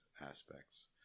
aspects